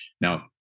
Now